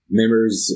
members